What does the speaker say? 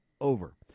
over